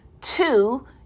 two